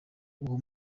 uwo